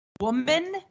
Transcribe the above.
woman